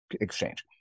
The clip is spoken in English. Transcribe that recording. exchange